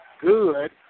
good